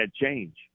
change